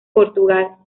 portugal